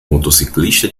motociclista